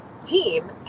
team